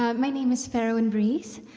um my name is farriwen breeze,